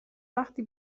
وقتی